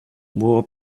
wore